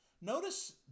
notice